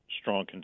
strong